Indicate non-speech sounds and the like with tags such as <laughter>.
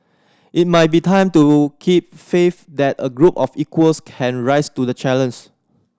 it might be time to keep faith that a group of equals can rise to the <unintelligible>